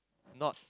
not